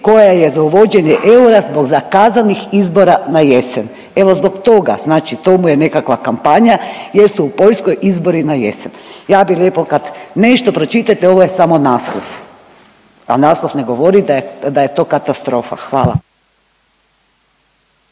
koja je za uvođenje eura zbog zakazanih izbora na jesen. Evo zbog toga, znači to mu je nekakva kampanja jer su u Poljskoj izbori na jesen. Ja bih lijepo kad nešto pročitate, ovo je samo naslov, a naslov ne govori da je to katastrofa. Hvala.